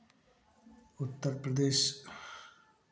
Uttar Pradesh